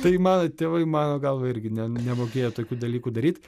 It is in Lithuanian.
tai mano tėvai mano galva irgi ne nemokėjo tokių dalykų daryt